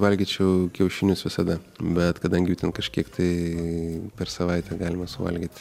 valgyčiau kiaušinius visada bet kadangi jų ten kažkiek tai per savaitę galima suvalgyt